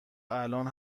الان